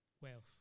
wealth